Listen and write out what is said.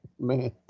Man